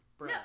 No